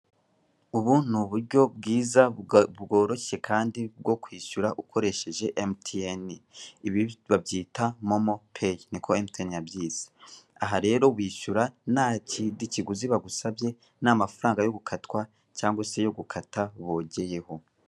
Ubu ni uburyo bwiza bworoshye kandi bwo kwishyura ukoresheje MTN, ibi babyita MoMo Pay, niko MTN yabyise, aha rero wishyura nta kindi kiguzi bagusabye nta mafaranga yo gukatwa cyangwa se yo gukata bogeyeho.